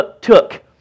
took